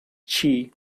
chi